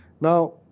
Now